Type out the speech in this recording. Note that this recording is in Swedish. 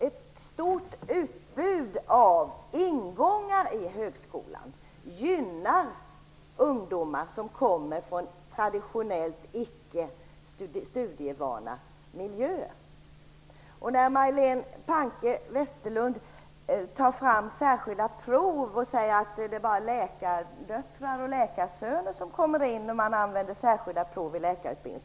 Ett stort utbud av ingångar i högskolan gynnar ungdomar som kommer från traditionellt icke studievana miljöer. Majléne Westerlund Panke säger att det bara är läkardöttrar och läkarsöner som kommer in på högskolan om man använder särskilda prov som urvalsmetod till läkarutbildningen.